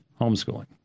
homeschooling